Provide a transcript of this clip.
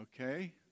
Okay